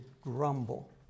grumble